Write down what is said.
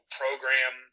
program